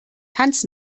tanz